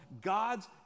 God's